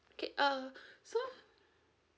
okay uh so